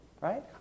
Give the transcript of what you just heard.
right